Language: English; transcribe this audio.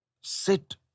sit